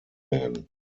werden